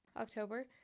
October